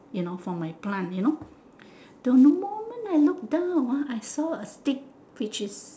you know for my plant you know the moment I look down ah I saw a stick which is